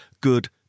good